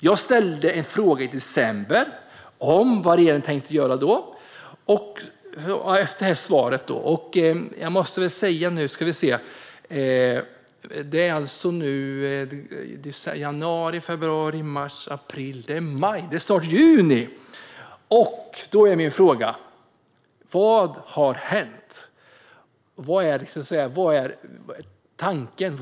Jag ställde i december en fråga om vad regeringen tänkte göra då, och då fick jag alltså det svar jag nyss berättade om. Sedan dess har det gått många månader: januari, februari, mars, april, maj, och nu är det snart juni. Då är min fråga: Vad har hänt under denna tid?